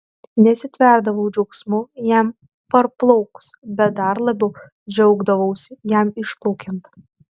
nesitverdavau džiaugsmu jam parplaukus bet dar labiau džiaugdavausi jam išplaukiant